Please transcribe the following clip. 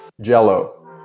jello